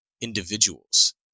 individuals